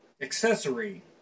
accessory